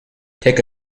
take